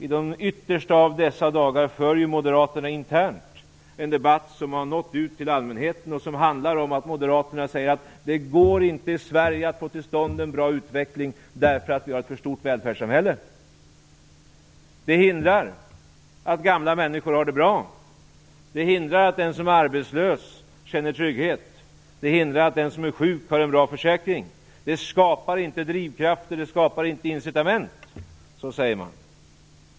I de yttersta av dessa dagar följer Moderaterna internt en debatt som har nått ut till allmänheten och som handlar om att Moderaterna säger att det i Sverige inte går att få till stånd en bra utveckling därför att vi har ett för stort välfärdssamhälle. Det hindrar att gamla människor har det bra, det hindrar att den som är arbetslös känner trygghet, det hindrar att den som är sjuk har en bra försäkring. Det skapar inte drivkraften, det skapar inte incitament, säger man.